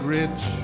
rich